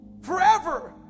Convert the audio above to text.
forever